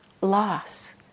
loss